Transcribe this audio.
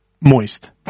moist